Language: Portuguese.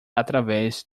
através